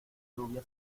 lluvia